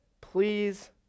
please